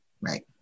right